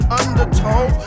undertow